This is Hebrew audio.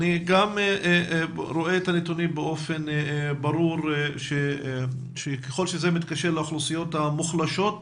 אני רואה באופן ברור שככל שהנתונים מתייחסים לאוכלוסיות המוחלשות,